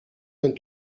and